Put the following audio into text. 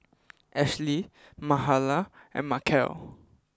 Ashlie Mahala and Markel